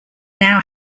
now